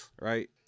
right